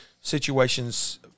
situations